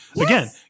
again